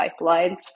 pipelines